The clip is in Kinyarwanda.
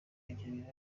birego